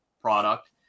product